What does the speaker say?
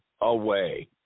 away